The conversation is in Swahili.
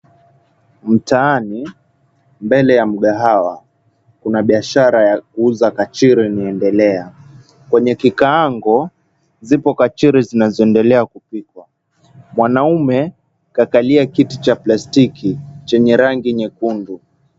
Mtaani mbele ya mgahawa kuna biashara ya kuuza kachiri inaendelea. Kwenye kikaango zipo kachiri zinazoendelea kupikwa. Mwanaume kakalia kiti cha plastiki chenye rangi nyekundu.